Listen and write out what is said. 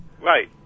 Right